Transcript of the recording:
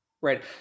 right